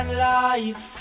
life